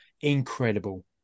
incredible